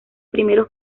primeros